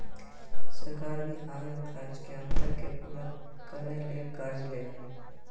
सरकार भी आय और खर्च के अंतर के पूरा करय ले कर्ज ले हइ